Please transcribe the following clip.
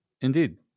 indeed